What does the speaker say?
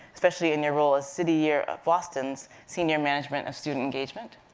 especially in your role as city year boston's senior management of student engagement.